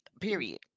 period